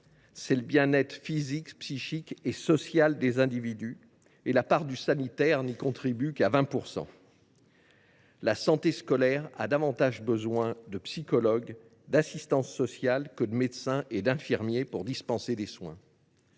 aussi le bien être physique, psychique et social des individus, auquel le sanitaire ne contribue qu’à hauteur de 20 %. La santé scolaire a davantage besoin de psychologues et d’assistantes sociales que de médecins et d’infirmiers pour dispenser des soins.